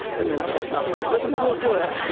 and then i wake up. but we will do it,